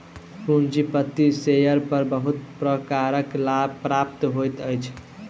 पंजीकृत शेयर पर बहुत प्रकारक लाभ प्राप्त होइत अछि